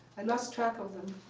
i lost track of them.